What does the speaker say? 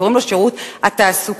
שקוראים לו שירות התעסוקה,